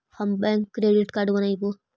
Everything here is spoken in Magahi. हम बैक क्रेडिट कार्ड बनैवो?